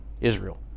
Israel